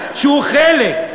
שהוא חלק,